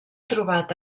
trobat